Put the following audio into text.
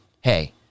Hey